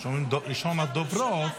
כשאומרים "ראשון הדוברות"